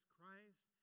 Christ